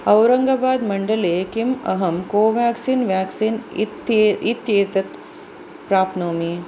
औरङ्गाबाद् मण्डले किम् अहं कोवेक्सिन् वेक्सीन् इत्ये इत्येतत् प्राप्नोमि